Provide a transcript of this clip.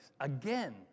again